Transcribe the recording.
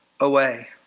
away